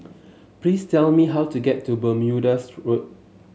please tell me how to get to Bermuda's Road